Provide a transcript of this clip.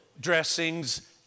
dressings